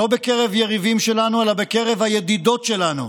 לא בקרב יריבים שלנו, אלא בקרב הידידות שלנו,